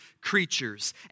creatures